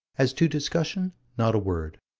as to discussion not a word.